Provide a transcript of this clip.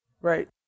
Right